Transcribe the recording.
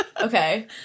Okay